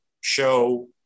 show